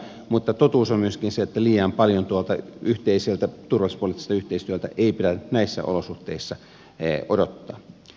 mutta totuus on myöskin se että liian paljon tuolta yhteiseltä turvallisuuspoliittiselta yhteistyöltä ei pidä näissä olosuhteissa odottaa